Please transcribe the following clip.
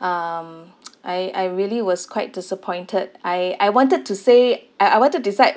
um I I really was quite disappointed I I wanted to say I I wanted to decide